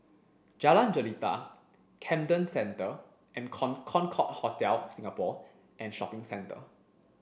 Jalan Jelita Camden Centre and Concorde Hotel Singapore and Shopping Centre